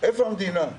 איפה המדינה?